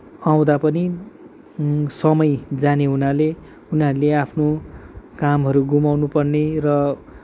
आउँदा पनि समय जाने हुनाले उनीहरूले आफ्नो कामहरू गुमाउनु पर्ने र